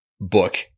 book